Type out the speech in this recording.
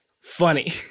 funny